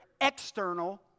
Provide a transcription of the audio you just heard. external